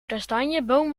kastanjeboom